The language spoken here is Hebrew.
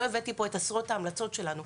לא הבאתי לכאן את עשרות ההמלצות שלנו.